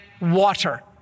water